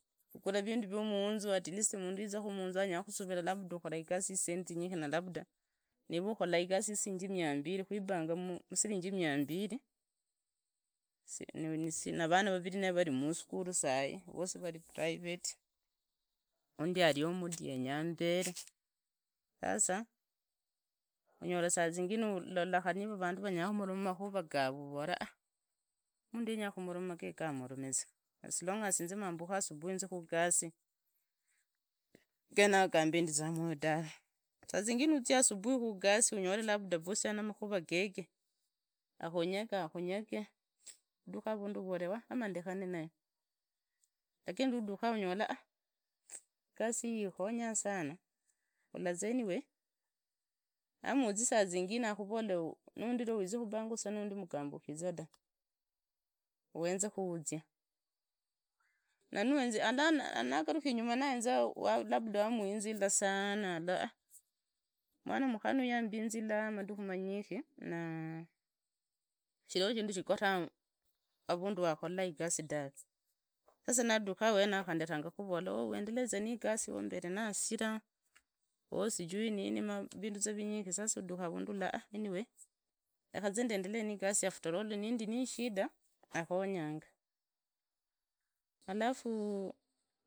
Ugura vindu vyu munzu at least mundu izaku munzu anyara kusuvila labda ukora igasi yi zisinde zinje. Na labda ive ukola iyasi yisiringi mia mbili. kwibanga misiringi mia mbili na vana variri nivari musukuru sai, na vosi vave mprivate, uhundi ariho mudi yenya ambore. Sasa unyora saa zingine ulola kari niva vandu vanyukumoloma makhuru gavavora a. Mundu yenya kumoroma gege amoromeza as long as inze mambuki asubuhi nzie kugasi genayo gambendize mwoyo dar. saa zingine uzie asubuhi kugasi unyore labda bosi yari navakura gege akunyeye akonyeye, uduki avundu avore anoho orekane naye. Lakini rwaduku onyola a igasi engonya sana uroraza anyway, ama uzie saa zingine akuvole norori uzi kubangusa anoho norori mgamba utiza da, chenzeku wuzia. Nanohenzi ala nagaruka inyuma, nahenza ala labda wamuyinzila sana, ala nagaruka inyuma, nahenza ala labda wamuyinzila sana, ala mwana mukana uyu yainzila madiku manyinje na shivehoshindo shigota havindu hakola igasi dave. Sasa naduka ahene yao atanga kukuvola oh wandeleze nigasi, oh mbeye nahasira, oh sijui nini, vindu vinyinji za. Sasa uduka avundu ola a anyway, rekaza nzendelee nigasi after all nindi ni shida anyonyanga. Alfu